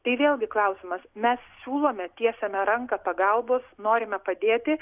tai vėlgi klausimas mes siūlome tiesiame ranką pagalbos norime padėti